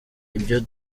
ibyo